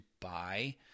buy